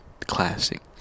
classic